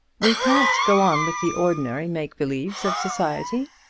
we can't go on with the ordinary make-believes of society,